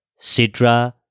Sidra